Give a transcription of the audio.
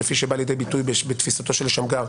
כפי בא לידי ביטוי בתפיסתו של שמגר,